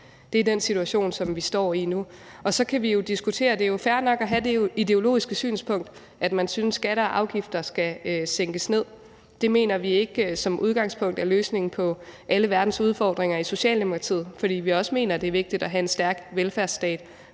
Det er den situation, som vi står i nu. Og så kan vi diskutere det. Det er jo fair nok at have det ideologiske synspunkt, at man synes, at skatter og afgifter skal sænkes. Det mener vi i Socialdemokratiet ikke som udgangspunkt er løsningen på alle verdens udfordringer, for vi mener også, at det er vigtigt at have en stærk velfærdsstat,